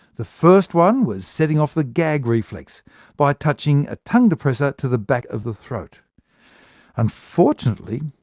the first one was setting off the gag reflex by touching a tongue depressor to the back of the throat unfortunately,